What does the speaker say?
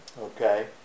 okay